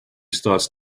starts